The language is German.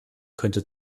könnte